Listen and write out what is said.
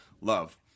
love